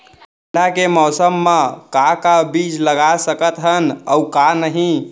ठंडा के मौसम मा का का बीज लगा सकत हन अऊ का नही?